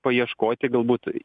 paieškoti galbūt